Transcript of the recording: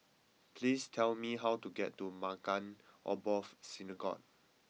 please tell me how to get to Maghain Aboth Synagogue